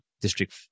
district